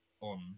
on